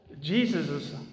Jesus